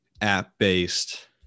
app-based